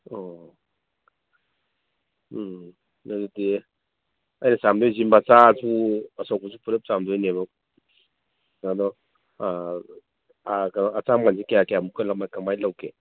ꯑꯣ ꯎꯝ ꯑꯗꯨꯗꯤ ꯑꯩꯅ ꯆꯥꯝꯗꯣꯏꯁꯤ ꯃꯆꯥꯁꯨ ꯑꯆꯧꯕꯁꯨ ꯄꯨꯂꯞ ꯆꯥꯝꯗꯣꯏꯅꯤꯕ ꯑꯗꯣ ꯀꯩꯅꯣ ꯑꯆꯥꯝꯃꯟꯁꯤ ꯀꯌꯥ ꯀꯌꯥꯃꯨꯛꯀ ꯀꯃꯥꯏ ꯂꯧꯒꯦ